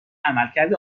عملکرد